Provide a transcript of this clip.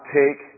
take